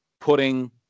putting